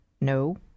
no